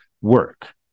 work